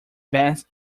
bass